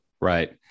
Right